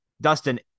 dustin